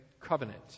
Covenant